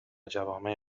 جوامع